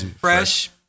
Fresh